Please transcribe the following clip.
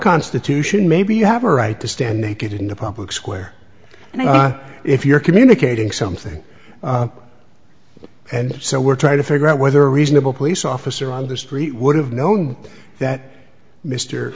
constitution maybe you have a right to stand naked in the public square and if you're communicating something and so we're trying to figure out whether a reasonable police officer on the street would have known that mr